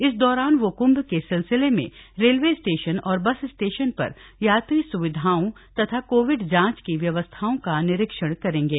इस दौरान वो कृंभ के सिलसिले में रेलवे स्टेशन और बस स्टेशन पर यात्री स्विधाओं तथा कोविड जांच की व्यवस्थाओं का निरीक्षण करेंगे